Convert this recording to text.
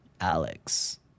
Alex